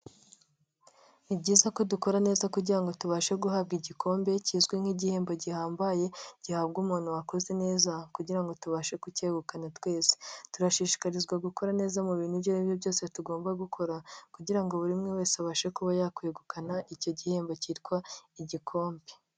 Ni byiza ko dukora neza kugira tubashe guhabwa igikombe kizwi nk'igihembo gihambaye gihabwa umuntu wakoze neza kugirango ngo tubashe kucyegukana twese, turashishikarizwa gukora neza mu bintu ibyo ari byo byose tugomba gukora kugira ngo buri umwe wese abashe kuba yakwegukana icyo gihembo cyitwa igikombe.